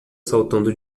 saltando